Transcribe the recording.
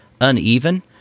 uneven